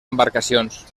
embarcacions